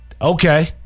okay